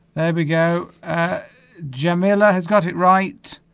there we go jamila has got it right